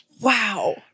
Wow